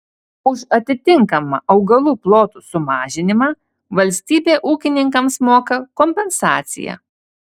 už atitinkamą augalų plotų sumažinimą valstybė ūkininkams moka kompensaciją